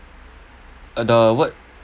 uh the word